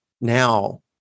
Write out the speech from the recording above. now